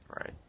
Right